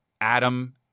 Adam